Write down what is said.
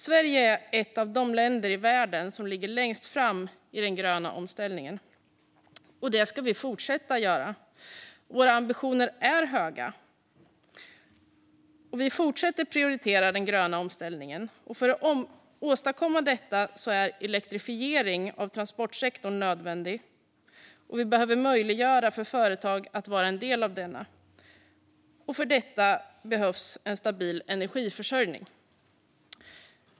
Sverige är ett av de länder i världen som ligger längst fram i den gröna omställningen. Det ska vi fortsätta göra. Våra ambitioner är höga. Vi fortsätter prioritera den gröna omställningen. För att kunna åstadkomma detta är elektrifieringen av transportsektorn nödvändig, och vi behöver möjliggöra för företag att vara en del av denna. För detta behövs en stabil energiförsörjning.